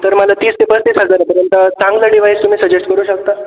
तर मला तीस ते पस्तीस हजारापर्यंत चांगलं डिव्हाईस तुम्ही सजेश्ट करू शकता